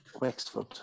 Wexford